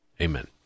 Amen